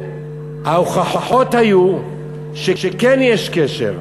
וההוכחות היו שכן יש קשר.